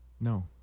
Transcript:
No